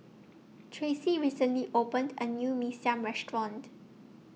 Traci recently opened A New Mee Siam Restaurant